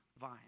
vine